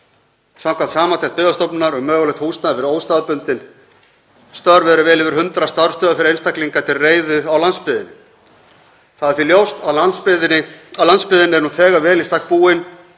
Samkvæmt samantekt Byggðastofnunar um mögulegt húsnæði fyrir óstaðbundin störf eru vel yfir 100 starfsstöðvar fyrir einstaklinga til reiðu á landsbyggðinni. Það er því ljóst að landsbyggðin er nú þegar vel í stakk búin